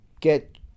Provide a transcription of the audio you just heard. get